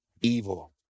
evil